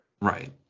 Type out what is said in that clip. Right